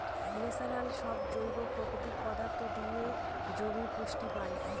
natural সব জৈব প্রাকৃতিক পদার্থ দিয়ে জমি পুষ্টি পায়